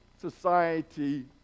society